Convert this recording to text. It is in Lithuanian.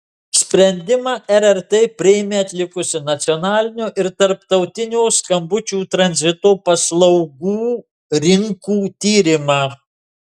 sprendimą rrt priėmė atlikusi nacionalinio ir tarptautinio skambučių tranzito paslaugų rinkų tyrimą